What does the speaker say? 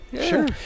Sure